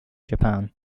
japan